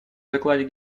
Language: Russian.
докладе